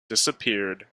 disappeared